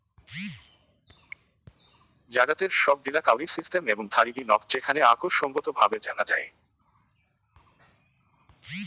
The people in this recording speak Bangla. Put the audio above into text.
জাগাতের সব গিলা কাউরি সিস্টেম এবং থারিগী নক যেখানে আক সঙ্গত ভাবে জানা যাই